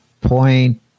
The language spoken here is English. Point